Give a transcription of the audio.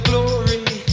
Glory